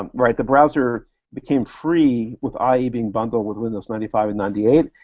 um right? the browser became free with ah ie being bundled with windows ninety five and ninety eight,